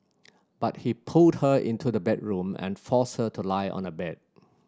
but he pulled her into the bedroom and forced her to lie on a bed